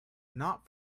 not